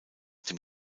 dem